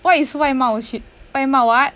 what is 外貌协外貌 what